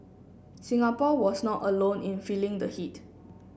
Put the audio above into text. Singapore was not alone in feeling the heat